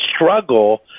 struggle